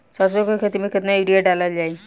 सरसों के खेती में केतना यूरिया डालल जाई?